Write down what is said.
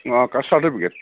অঁ caste certificate